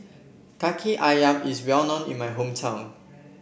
Kaki ayam is well known in my hometown